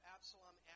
Absalom